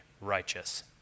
Righteous